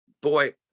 boy